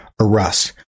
arrest